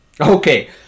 Okay